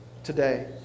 Today